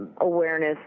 awareness